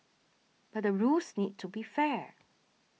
but the rules need to be fair